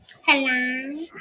Hello